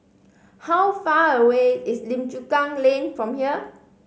how far away is Lim Chu Kang Lane from here